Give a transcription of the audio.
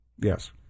Yes